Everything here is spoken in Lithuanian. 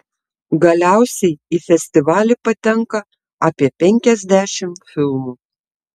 galiausiai į festivalį patenka apie penkiasdešimt filmų